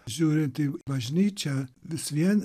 žiūrint į bažnyčią vis vien